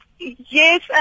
Yes